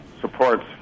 supports